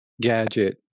gadget